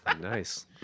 Nice